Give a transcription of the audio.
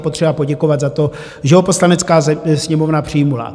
Je potřeba poděkovat za to, že ho Poslanecká sněmovna přijala.